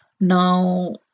now